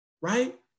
right